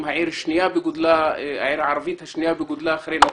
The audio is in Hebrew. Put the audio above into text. העיר הערבית השנייה בגודלה אחרי נצרת.